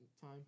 time